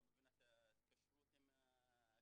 לא מבינה את ההתקשרות עם הקהילה,